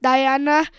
Diana